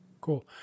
Cool